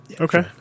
Okay